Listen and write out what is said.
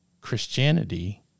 Christianity